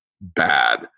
bad